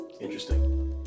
Interesting